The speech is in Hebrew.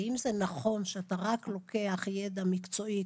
השאלה אם זה נכון שאתה לוקח רק ידע מקצועי,